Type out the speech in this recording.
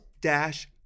dash